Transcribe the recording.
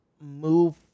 move